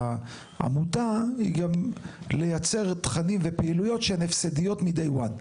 העמותה היא גם לייצר תכנים ופעילויות שהן הפסדיות מ-day one.